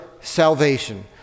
salvation